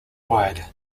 wide